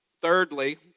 Thirdly